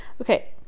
Okay